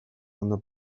ondo